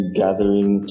gathering